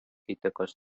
įtakos